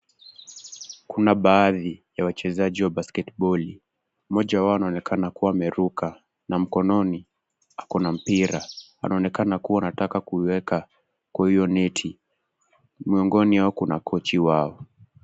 Kuna baadhi ya wachezaji wa basketball .Mmoja wao anaonekana kuwa ameruka na mkononi akona mpira. Anaonekana kuwa anataka kuiweka kwa hio neti. Miongoni yao kuna kochi wao.